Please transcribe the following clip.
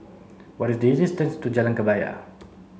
what is the distance to Jalan Kebaya